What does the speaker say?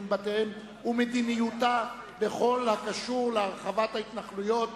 מבתיהם ומדיניותה בכל הקשור להרחבת ההתנחלויות.